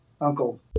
uncle